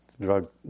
drug